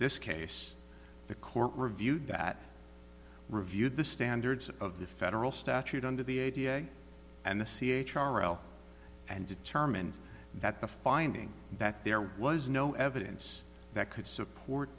this case the court reviewed that reviewed the standards of the federal statute under the idea and the c h r l and determined that the finding that there was no evidence that could support